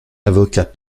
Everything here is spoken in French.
avocat